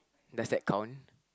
does that count